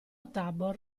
tabor